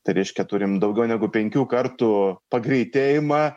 tai reiškia turim daugiau negu penkių kartų pagreitėjimą